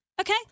okay